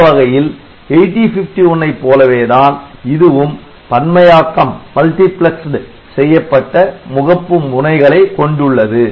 இந்த வகையில் 8051 போலவே தான் இதுவும் பன்மையாக்கம் செய்யப்பட்ட முகப்பு முனைகளை கொண்டுள்ளது